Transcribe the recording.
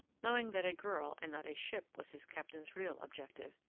knowing that a girl and not a ship was his captain's real objective,